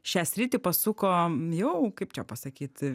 šią sritį pasuko jau kaip čia pasakyti